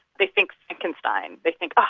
they think frankenstein. they think, oh,